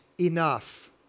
enough